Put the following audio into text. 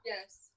Yes